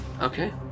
Okay